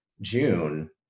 June